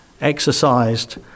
exercised